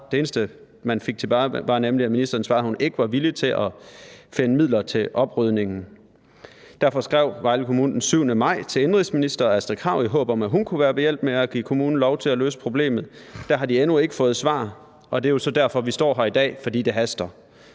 Det eneste, man fik tilbage, var nemlig, at ministeren svarede, at hun ikke var villig til at finde midler til oprydningen. Derfor skrev Vejle Kommune den 7. maj til indenrigsminister Astrid Krag, i håb om at hun kunne være behjælpelig med at give kommunen lov til at løse problemet. Der har de endnu ikke fået svar, og det er jo så derfor, vi står her i dag: Fordi det haster.